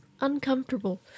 uncomfortable